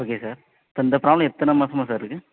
okay sir இப்போ இந்த problem எத்தனை மாதமா சார் இருக்குது